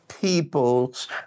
people's